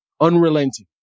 unrelenting